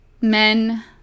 men